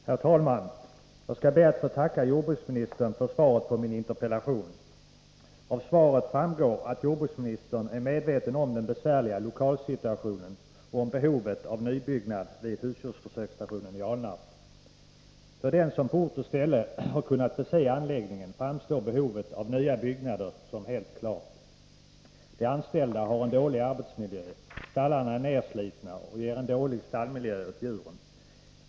Herr talman! Jag skall be att få tacka jordbruksministern för svaret på min interpellation. Av svaret framgår att jordbruksministern är medveten om den besvärliga lokalsituationen och om behovet av nybyggnad vid husdjursförsöksstationen i Alnarp. För den som på ort och ställe har kunnat bese anläggningen framstår behovet av nya byggnader som helt klart. De anställda har en dålig arbetsmiljö, stallarna är nerslitna och ger en dålig miljö åt djuren.